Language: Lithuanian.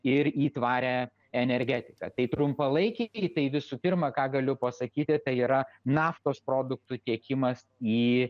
ir į tvarią energetiką tai trumpalaikiai tai visų pirma ką galiu pasakyti tai yra naftos produktų tiekimas į